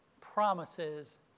promises